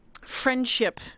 friendship